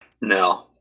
No